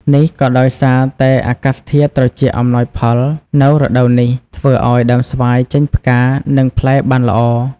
នេះក៏ដោយសារតែអាកាសធាតុត្រជាក់អំណោយផលនៅរដូវនេះ ធ្វើឲ្យដើមស្វាយចេញផ្កា និងផ្លែបានល្អ។